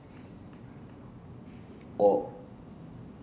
or